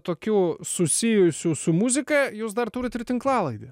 tokių susijusių su muzika jūs dar turit ir tinklalaidę